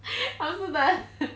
I'm so done